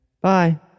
bye